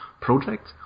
project